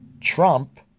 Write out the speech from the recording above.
Trump